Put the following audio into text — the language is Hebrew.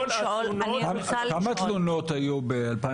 כמה תלונות על הטרדות היו ב-2021?